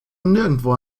nirgendwo